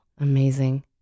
amazing